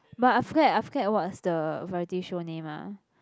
but I forget I forget what's the variety show name lah